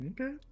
Okay